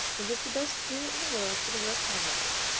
it is the best cure in the world for the worst hangover.